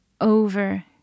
over